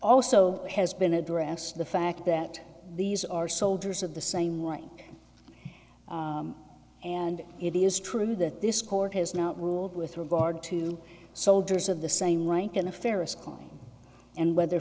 also has been addressed the fact that these are soldiers of the same rank and it is true that this court has not ruled with regard to soldiers of the same rank in the fairest calling and whether